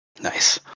Nice